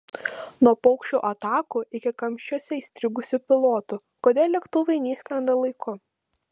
nuo paukščių atakų iki kamščiuose įstrigusių pilotų kodėl lėktuvai neišskrenda laiku